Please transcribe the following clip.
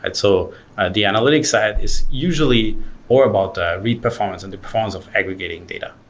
and so ah the analytic side is usually more about ah read performance and the performance of aggregating data.